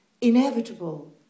inevitable